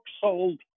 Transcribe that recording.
sold